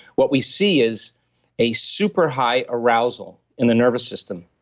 what we see is a super-high arousal in the nervous system,